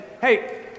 hey